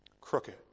Crooked